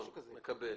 אני מקבל.